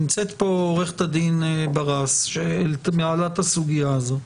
נמצאת כאן עורכת הדין ברס שניהלה את הסוגיה הזאת.